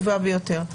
ביותר.